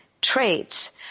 traits